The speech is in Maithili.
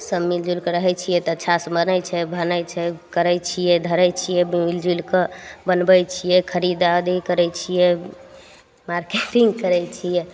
सब मिलिजुलि कऽ रहय छियै तऽ अच्छासँ बनय छै भनय छै करय छियै धरय छियै मिल जुलि कऽ बनबय छियै खरीददारी करय छियै मार्केटिंग करय छियै